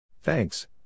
Thanks